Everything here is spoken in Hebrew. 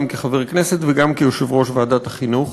גם כחבר כנסת וגם כיושב-ראש ועדת החינוך,